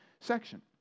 section